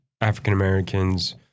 African-Americans